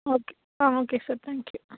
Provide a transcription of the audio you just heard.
okay ah okay sir thank you